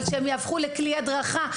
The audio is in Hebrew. אבל שהן יהפכו לכלי הדרכה.